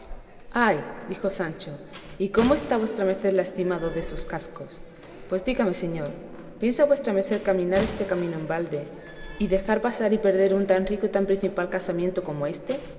ay dijo sancho y cómo está vuestra merced lastimado de esos cascos pues dígame señor piensa vuestra merced caminar este camino en balde y dejar pasar y perder un tan rico y tan principal casamiento como éste